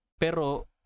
pero